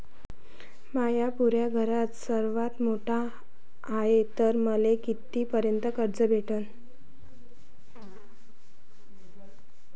म्या पुऱ्या घरात सर्वांत मोठा हाय तर मले किती पर्यंत कर्ज भेटन?